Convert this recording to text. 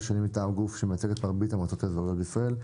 השני מטעם גוף המייצג את מרבית המועצות האזוריות בישראל.